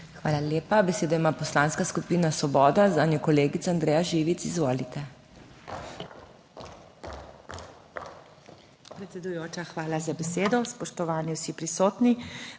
Hvala lepa. Besedo ima Poslanska skupina Svoboda, zanjo kolegica Andreja Živic. Izvolite.